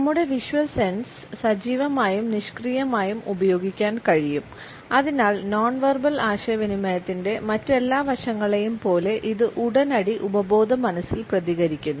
നമ്മുടെ visual sense സജീവമായും നിഷ്ക്രിയമായും ഉപയോഗിക്കാൻ കഴിയും അതിനാൽ നോൺ വെർബൽ ആശയവിനിമയത്തിന്റെ മറ്റെല്ലാ വശങ്ങളെയും പോലെ ഇത് ഉടനടി ഉപബോധമനസ്സിൽ പ്രതികരിക്കുന്നു